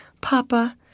Papa